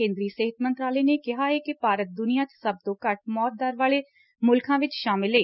ਕੇਂਦਰੀ ਸਿਹਤ ਮੰਤਰਾਲੇ ਨੇ ਕਿਹਾ ਏ ਕਿ ਭਾਰਤ ਦੁਨੀਆ 'ਚ ਸਭ ਤੋ ਘੱਟ ਮੌਤ ਦਰ ਵਾਲੇ ਮੁਲਕਾਂ ਵਿੱਚ ਸ਼ਾਮਿ ਲਏ